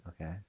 Okay